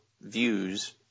views